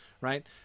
right